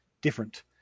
different